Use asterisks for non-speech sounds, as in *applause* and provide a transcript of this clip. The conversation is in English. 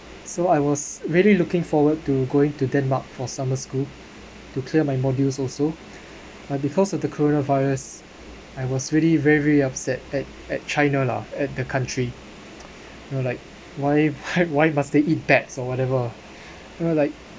so I was really looking forward to going to denmark for summer school to clear my modules also but because of the corona virus I was really very very upset at at china lah at the country you know like why *laughs* why why must they eat bats or whatever you know like